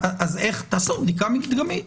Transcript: אז תעשו בדיקה מדגמית.